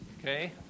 okay